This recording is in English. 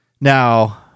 Now